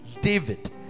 David